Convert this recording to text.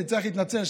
אני צריך להתנצל,